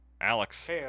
Alex